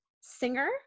singer